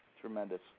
Tremendous